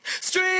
street